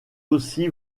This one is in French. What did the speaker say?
aussi